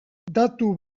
datu